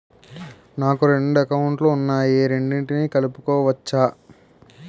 నాకు రెండు అకౌంట్ లు ఉన్నాయి రెండిటినీ కలుపుకోవచ్చా?